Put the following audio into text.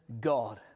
God